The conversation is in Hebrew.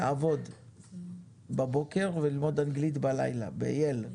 לעבוד בבוקר וללמוד אנגלית בלילה, ב-ייל.